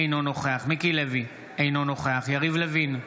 אינו נוכח מיקי לוי, אינו נוכח יריב לוין,